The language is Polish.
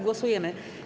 Głosujemy.